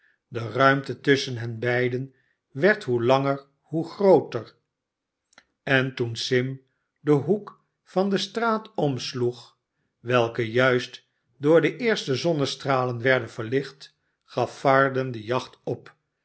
de ruimte tusschen hen beiden werd hoe langer hoe grooter r en toen sim den hoek van de straat omsloeg welke juist door de eerste zonnestralen werd verlicht gaf varden de jacht op